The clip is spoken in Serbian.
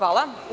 Hvala.